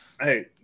Hey